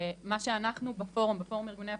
שמה שאנחנו בפורום, בפורום ארגוני הפליטים,